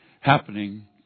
happening